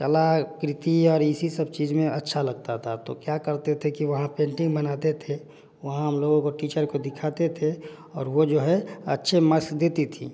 कलाकृति और इसी सब चीज में अच्छा लगता था तो क्या करते थे कि वहाँ पेंटिंग बनाते थे वहाँ हम लोगों को टीचर को दिखाते थे और वो जो है अच्छे मार्स देती थी